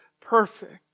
perfect